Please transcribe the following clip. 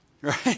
right